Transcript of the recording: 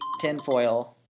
tinfoil